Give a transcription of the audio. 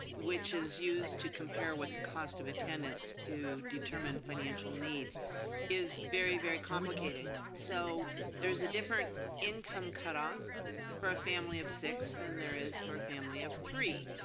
which is used to compare with the cost of attendance to determine financial need is very, very complicated so there's a different income cut off for a family of six than there is for a family of three.